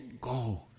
Go